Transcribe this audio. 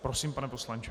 Prosím, pane poslanče.